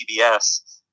CBS